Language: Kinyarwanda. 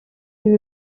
ibi